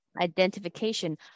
Identification